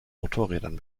motorrädern